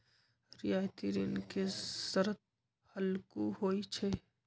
रियायती ऋण के शरत हल्लुक होइ छइ